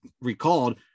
recalled